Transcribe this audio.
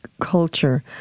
culture